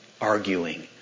arguing